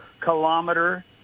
kilometer